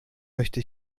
möchte